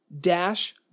Dash